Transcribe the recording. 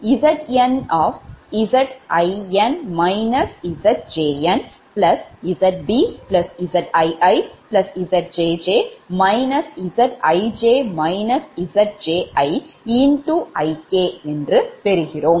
Zin Zjn InZbZiiZjj Zij Zji Ik என்று பெறுகிறோம்